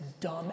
dumb